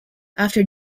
after